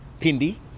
Pindi